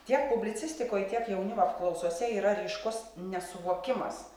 tiek publicistikoj tiek jaunimo apklausose yra ryškus nesuvokimas